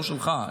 לא שלך,